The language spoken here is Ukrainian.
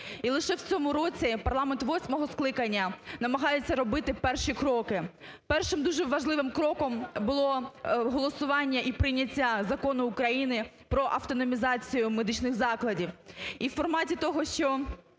І лише в цьому році парламент восьмого скликання намагається робити перші кроки. Першим, дуже важливим, кроком було голосування і прийняття Закону України про автономізацію медичних закладів. І у форматі того, що